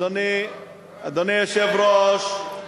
אדוני היושב-ראש,